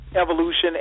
evolution